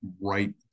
right